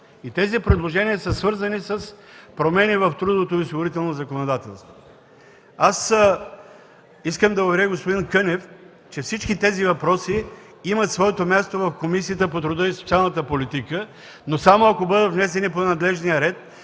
този обхват. Те са свързани с промени в трудовото и осигурителното законодателство. Искам да уверя господин Кънев, че всички тези въпроси имат своето място в Комисията по труда и социалната политика, но само ако бъдат внесени по надлежния ред,